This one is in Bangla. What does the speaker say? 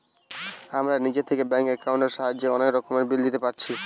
আমরা নিজে থিকে ব্যাঙ্ক একাউন্টের সাহায্যে অনেক রকমের বিল দিতে পারছি